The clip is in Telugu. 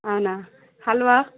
అవునా హల్వా